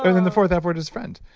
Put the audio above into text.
ah then the fourth f word is friend.